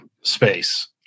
space